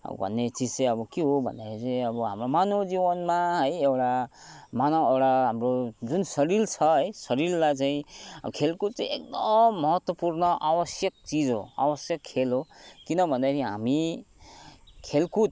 भन्ने चिज चाहिँ अब के हो भन्दाखेरि चाहिँ अब हाम्रो मानव जीवनमा है एउटा मानव एउटा अब जुन शरीर छ है शरीरलाई चाहिँ खेलकुद चाहिँ एकदम महत्वपूर्ण आवश्यक चिज हो आवश्यक खेल हो किन भन्दाखेरि हामी खेलकुद